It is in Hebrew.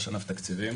ראש ענף תקציבים,